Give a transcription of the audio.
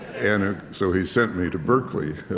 and so he sent me to berkeley,